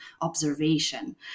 observation